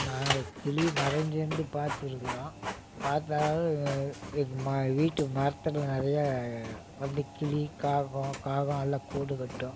நாங்கள் கிளியை மறைஞ்சிருந்து பார்த்துருக்குறோம் பார்த்தாலும் எங்கள் ம வீட்டு மரத்தில் நிறையா அப்படி கிளி காகம் காகம் எல்லாம் கூடு கட்டும்